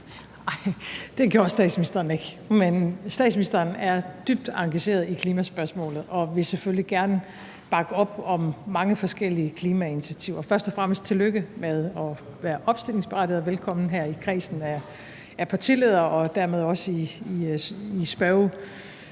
Nej, det gjorde statsministeren ikke, men statsministeren er dybt engageret i klimaspørgsmålet og vil selvfølgelig gerne bakke op om mange forskellige klimainitiativer. Først og fremmest tillykke med at være opstillingsberettiget, og velkommen her i kredsen af partiledere og dermed også til